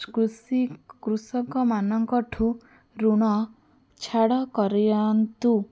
କୃଷି କୃଷକମାନଙ୍କ ଠୁ ଋଣ ଛାଡ଼ କରି ଆଣନ୍ତୁ